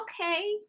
Okay